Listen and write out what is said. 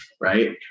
right